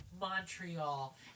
Montreal